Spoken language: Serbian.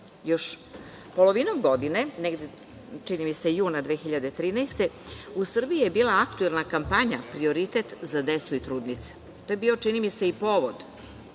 polovinom godine, čini mi se juna 2013. godine, u Srbiji je bila aktuelna kampanja „Prioritet za decu i trudnice“. To je bio čini mi se i povod